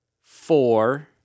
four